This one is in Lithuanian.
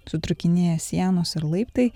sutrūkinėję sienos ir laiptai